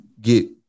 get